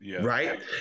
right